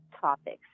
topics